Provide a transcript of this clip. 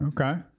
Okay